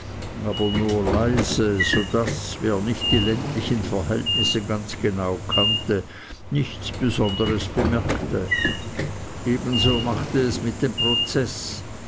aber nur leise so daß wer nicht die ländlichen verhältnisse ganz genau kannte nichts besonderes bemerkte ebenso machte es es mit dem prozeß